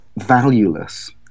Valueless